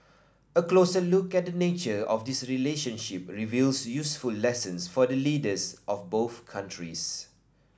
a closer look at the nature of this relationship reveals useful lessons for leaders of both countries